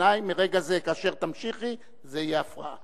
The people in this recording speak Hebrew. מרגע זה, כאשר תמשיכי, זו תהיה הפרעה.